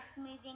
moving